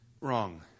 wrong